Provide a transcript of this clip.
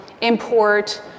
import